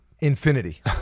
Infinity